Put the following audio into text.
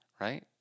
Right